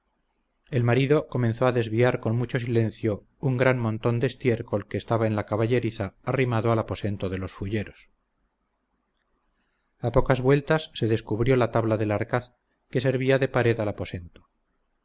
el marido comenzó a desviar con mucho silencio un gran montón de estiércol que estaba en la caballeriza arrimado al aposento de los fulleros a pocas vueltas se descubrió la tabla del arcaz que servía de pared al aposento